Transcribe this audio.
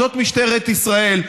זאת משטרת ישראל.